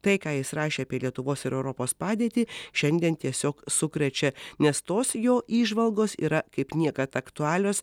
tai ką jis rašė apie lietuvos ir europos padėtį šiandien tiesiog sukrečia nes tos jo įžvalgos yra kaip niekad aktualios